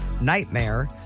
Nightmare